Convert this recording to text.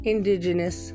indigenous